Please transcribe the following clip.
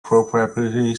proprietary